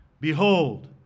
Behold